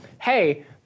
hey